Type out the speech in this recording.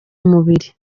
mubiri